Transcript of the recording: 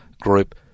group